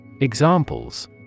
Examples